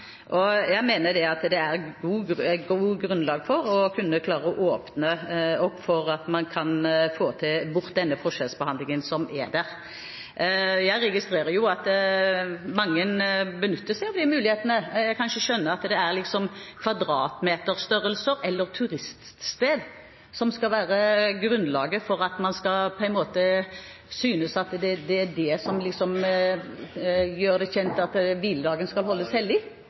Jeg mener det er godt grunnlag for å åpne opp for å få bort den forskjellsbehandlingen som er der. Jeg registrerer jo at mange benytter seg av de mulighetene. Jeg kan ikke skjønne at det er kvadratmeterstørrelse eller det å være turiststed som skal være grunnlaget for at hviledagen skal holdes hellig. Arild Grande – til oppfølgingsspørsmål. Det er